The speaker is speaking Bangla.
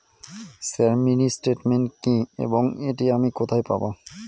স্যার মিনি স্টেটমেন্ট কি এবং এটি আমি কোথায় পাবো?